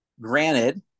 granted